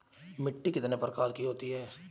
मिट्टी कितने प्रकार की होती हैं?